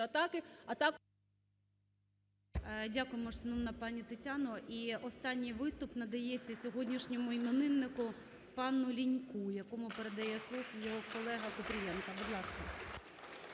Дякуємо, шановна пані Тетяна. І останній виступ надається сьогоднішньому імениннику пану Ліньку, якому передає слово його колега Купрієнко. Будь ласка.